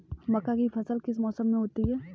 मक्का की फसल किस मौसम में होती है?